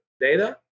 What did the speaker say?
data